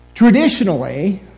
Traditionally